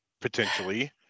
potentially